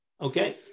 okay